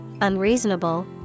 unreasonable